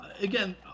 Again